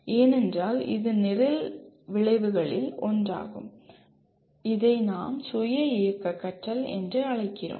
ஏனென்றால் இது நிரல் விளைவுகளில் ஒன்றாகும் அதை நாம் 'சுய இயக்க' கற்றல் என அழைக்கிறோம்